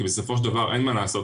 כי בסופו של דבר אין מה לעשות,